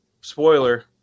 spoiler